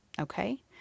Okay